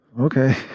Okay